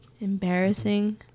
Embarrassing